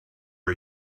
are